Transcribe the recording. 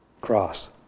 cross